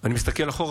אני מסתכל אחורה,